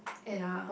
ya